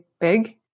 big